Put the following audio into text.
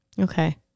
Okay